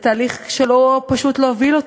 תהליך שלא פשוט להוביל.